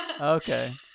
Okay